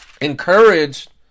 encouraged